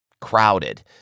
crowded